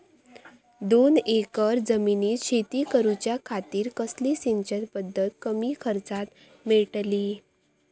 दोन एकर जमिनीत शेती करूच्या खातीर कसली सिंचन पध्दत कमी खर्चात मेलतली?